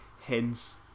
Hence